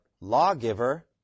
lawgiver